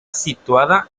situada